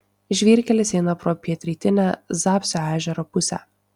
žvyrkelis eina pro pietrytinę zapsio ežero pusę